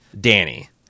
Danny